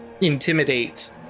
intimidate